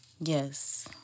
Yes